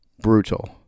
brutal